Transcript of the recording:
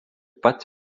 pat